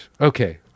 Okay